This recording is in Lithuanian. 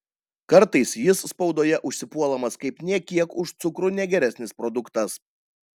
kartais jis spaudoje užsipuolamas kaip nė kiek už cukrų negeresnis produktas